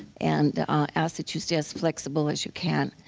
and ah ask that you stay as flexible as you can.